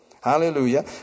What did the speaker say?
hallelujah